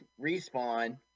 Respawn